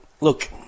look